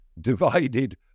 divided